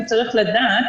הוא צריך לדעת